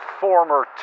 former